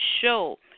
show